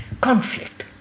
conflict